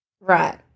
Right